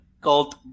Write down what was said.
called